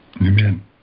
Amen